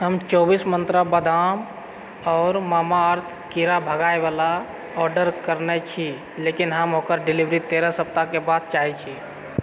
हम चौबीस मंत्रा बादाम आओर मामाअर्थ कीड़ा भगबयवला ऑर्डर कयने छी लेकिन हम ओकर डिलीवरी तेरह सप्ताह के बाद चाहैत छी